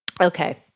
Okay